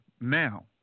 now